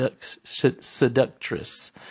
seductress